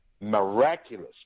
miraculous